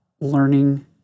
learning